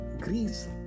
Greece